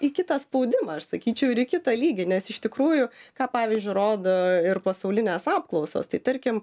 į kitą spaudimą aš sakyčiau ir į kitą lygį nes iš tikrųjų ką pavyzdžiui rodo ir pasaulinės apklausos tai tarkim